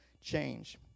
change